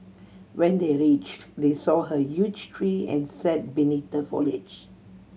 when they reached they saw huge tree and sat beneath the foliage